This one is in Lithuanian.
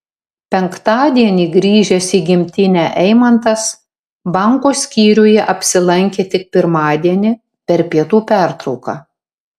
penktadienį grįžęs į gimtinę eimantas banko skyriuje apsilankė tik pirmadienį per pietų pertrauką